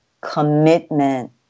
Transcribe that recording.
commitment